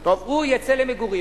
והוא יצא למגורים.